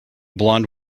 blond